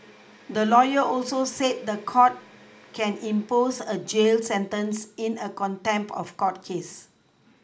the lawyer also said the court can impose a jail sentence in a contempt of court case